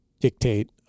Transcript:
dictate